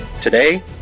Today